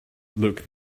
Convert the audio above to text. look